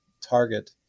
target